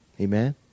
Amen